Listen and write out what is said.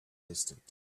distant